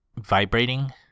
vibrating